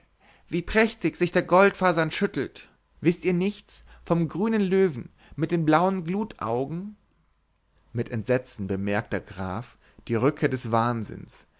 wie prächtig sich der goldfasan schüttelt wißt ihr nichts vom grünen löwen mit den blauen glutaugen mit entsetzen bemerkt der graf die rückkehr des wahnsinns